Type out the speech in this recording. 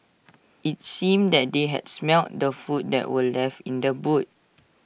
IT seemed that they had smelt the food that were left in the boot